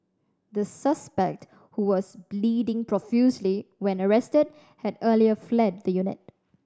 the suspect who was bleeding profusely when arrested had earlier fled the unit